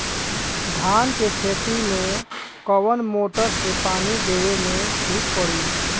धान के खेती मे कवन मोटर से पानी देवे मे ठीक पड़ी?